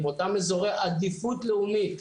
אותם אזורי עדיפות לאומית,